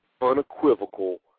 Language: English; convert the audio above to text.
unequivocal